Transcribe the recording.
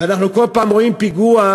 ואנחנו כל פעם רואים פיגוע,